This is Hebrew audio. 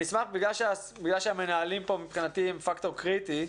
בגלל שהמנהלים פה הם מבחינתי פקטור קריטי,